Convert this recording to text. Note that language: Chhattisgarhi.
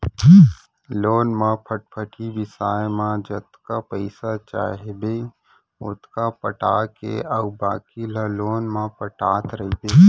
लोन म फटफटी बिसाए म जतका पइसा चाहबे ओतका पटा दे अउ बाकी ल लोन म पटात रइबे